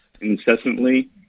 incessantly